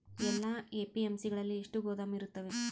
ಎಲ್ಲಾ ಎ.ಪಿ.ಎಮ್.ಸಿ ಗಳಲ್ಲಿ ಎಷ್ಟು ಗೋದಾಮು ಇರುತ್ತವೆ?